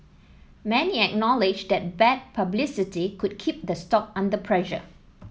many acknowledge that bad publicity could keep the stock under pressure